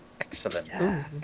Excellent